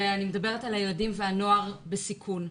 ואני מדברת על הילדים והנוער בסיכון.